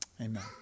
Amen